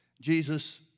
Jesus